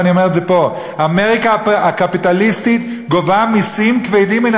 ואני אומר את זה פה: אמריקה הקפיטליסטית גובה מסים כבדים מן